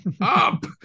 up